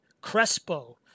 Crespo